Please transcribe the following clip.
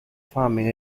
farming